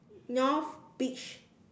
North beach